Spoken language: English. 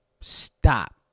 Stop